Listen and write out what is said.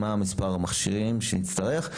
מה מספר המכשירים שנצטרך.